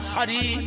Hari